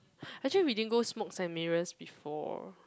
actually we didn't go Smoke and Mirrors before